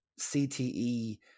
CTE